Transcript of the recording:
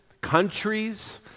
countries